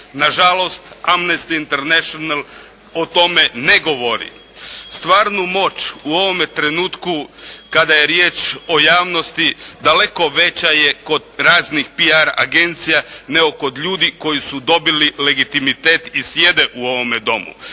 Na žalost, Amnesty International o tome ne govori. Stvarnu moć u ovome trenutku kada je riječ o javnosti daleko veća je kod raznih pijar agencija nego kod ljudi koji su dobili legitimitet sjede u ovome Domu.